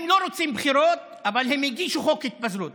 הם לא רוצים בחירות, אבל הם הגישו חוק התפזרות.